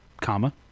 comma